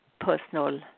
personal